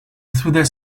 through